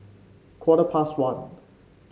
quarter past one